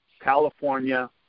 California